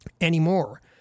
anymore